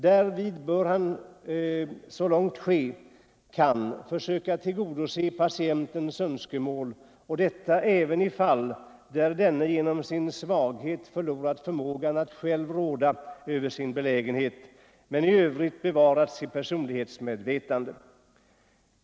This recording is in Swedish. Därvid bör han så långt ske kan försöka tillgodose patientens önskemål och detta även i fall där denne genom sin svaghet förlorat förmågan att själv råda över sin belägenhet, men i övrigt bevarat sitt personlighetsmedvetande.